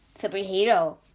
superhero